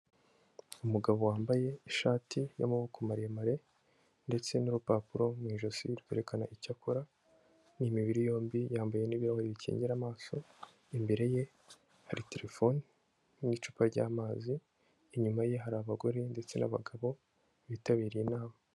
umugabo wambaye ishati y'amaboko maremare ndetse n'urupapuro mu ijosi rwerekana icyo akora ni imibiri yombi yambaye n'ibirahuri bikingira amaso imbere ye hari telefone n'icupa ry'amazi inyuma ye hari abagore ndetse n'abagabo bitabiriye inama.